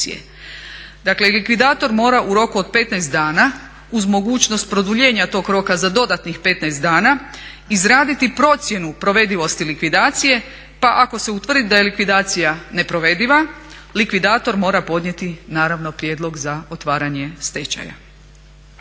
Dakle likvidator mora u roku od 15 dana uz mogućnost produljenja tog roka za dodatnih 15 dana izraditi procjenu provedivosti likvidacije pa ako se utvrdi da je likvidacija neprovediva likvidator mora podnijeti naravno prijedlog za otvaranje stečaja.